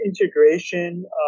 integration